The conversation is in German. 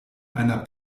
einer